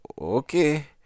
okay